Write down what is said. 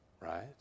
right